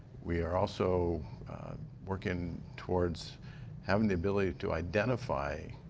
we are also working towards having the ability to identify